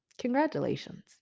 Congratulations